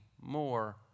more